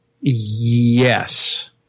yes